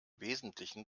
wesentlichen